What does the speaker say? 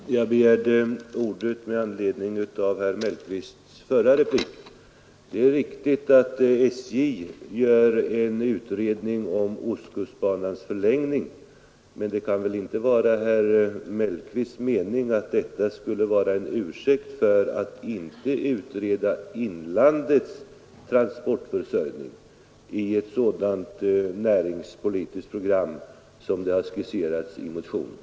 Herr talman! Jag begärde ordet med anledning av herr Mellqvists förra replik. Det är riktigt att SJ håller på att genomföra en utredning om ostkustbanans förlängning. Men det kan väl inte vara herr Mellqvists mening att detta skulle vara en ursäkt för att inte utreda inlandets transportförsörjning i ett sådant näringspolitiskt program som har skisserats i motionen.